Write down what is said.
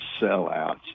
sellouts